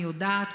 אני יודעת,